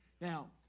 Now